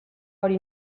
hori